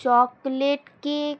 chocolate cake